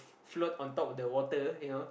float on top of the water you know